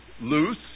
loose